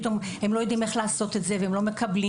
והם לא יודעים איך לעשות את זה ולא מקבלים,